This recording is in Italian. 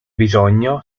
bisogno